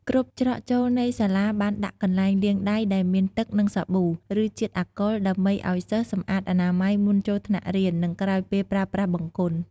គ្រប់ច្រកចូលនៃសាលាបានដាក់កន្លែងលាងដៃដែលមានទឹក និងសាប៊ូ ឬជាតិអាល់កុល ដើម្បីឲ្យសិស្សសម្អាតអនាម័យមុនចូលថ្នាក់រៀន និងក្រោយពេលប្រើប្រាស់បង្គន់។